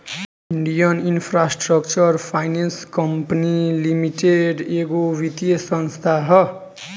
Indian infrastructure finance company limited एगो वित्तीय संस्था ह